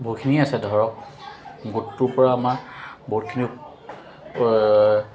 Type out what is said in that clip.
বহুতখিনিয়ে আছে ধৰক গোটটোৰ পৰা আমাৰ বহুতখিনি